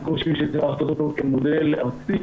אנחנו חושבים שצריך לעשות אותו כמודל ארצי,